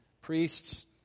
priests